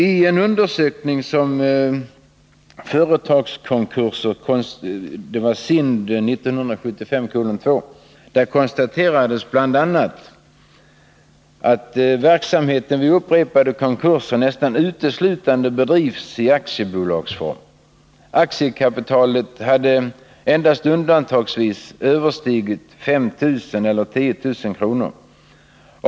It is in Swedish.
I undersökningen Företagskonkurser — SIND 1975:2 konstaterades bl.a. att vid upprepade konkurser hade verksamheten nästan uteslutande bedrivits i aktiebolagsform. Aktiekapitalet hade endast undantagsvis överstigit 5 000 eller 10 000 kr.